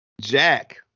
Jack